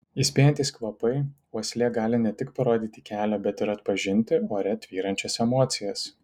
įspėjantys kvapai uoslė gali ne tik parodyti kelią bet ir atpažinti ore tvyrančias emocijas